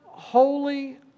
Holy